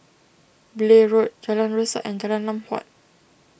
Blair Road Jalan Resak and Jalan Lam Huat